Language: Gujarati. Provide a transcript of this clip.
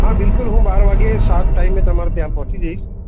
હા બિલકુલ હું બાર વાગે સાપ ટાઈમે તમારે ત્યાં પહોંચી જઈશ